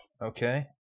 Okay